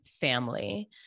family